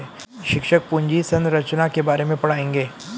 शिक्षक पूंजी संरचना के बारे में पढ़ाएंगे